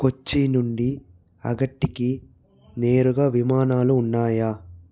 కొచ్చి నుండి అగట్టికి నేరుగా విమానాలు ఉన్నాయ